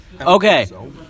Okay